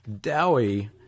Dowie